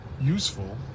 useful